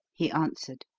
he answered.